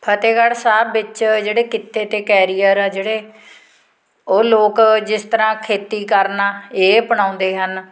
ਫਤਿਹਗੜ੍ਹ ਸਾਹਿਬ ਵਿੱਚ ਜਿਹੜੇ ਕਿੱਤੇ ਅਤੇ ਕੈਰੀਅਰ ਆ ਜਿਹੜੇ ਉਹ ਲੋਕ ਜਿਸ ਤਰ੍ਹਾਂ ਖੇਤੀ ਕਰਨਾ ਇਹ ਅਪਣਾਉਂਦੇ ਹਨ